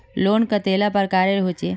Loan कतेला प्रकारेर होचे?